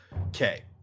Okay